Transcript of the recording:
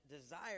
desire